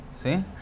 See